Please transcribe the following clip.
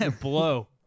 Blow